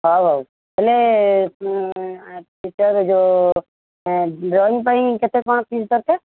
ହଉ ହଉ ହେଲେ ତାର ଯୋଉ ଡ୍ରଇଁ ପାଇଁ କେତେ କ'ଣ ଫିସ୍ ଦରକାର